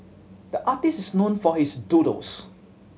the artist is known for his doodles